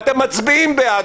ואתם מצביעים בעד,